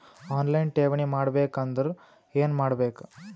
On line ಠೇವಣಿ ಮಾಡಬೇಕು ಅಂದರ ಏನ ಮಾಡಬೇಕು?